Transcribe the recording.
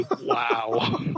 Wow